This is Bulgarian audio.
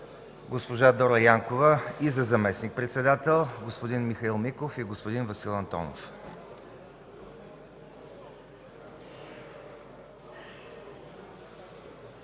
госпожа Дора Янкова – и за заместник-председател, господин Михаил Миков и господин Васил Антонов.